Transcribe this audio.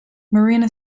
marina